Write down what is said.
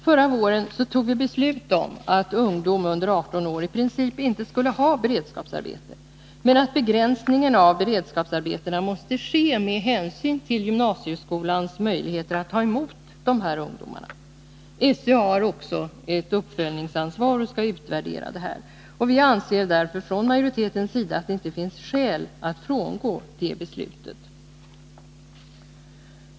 Förra våren fattade vi beslut om att ungdom under 18 år i princip inte skulle ha beredskapsarbete men att begränsningen av beredskapsarbeten måste ske med hänsyn till gymnasieskolans möjligheter att ta emot de här ungdomarna. SÖ har också ett uppföljningsansvar och skall utvärdera hur det gått. Vi anser därför från majoritetens sida att det inte finns skäl att frångå det beslutet.